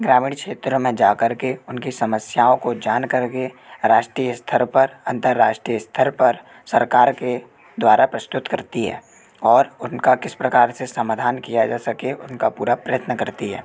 ग्रामीण क्षेत्र में जा कर के उनकी समस्याओं को जान कर के राष्ट्रीय स्तर पर अंतर्राष्ट्रीय स्तर पर सरकार के द्वारा प्रस्तुत करती है और उनका किस प्रकार से समाधान किया जा सके उनका पूरा प्रयत्न करती है